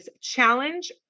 challenge